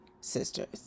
sisters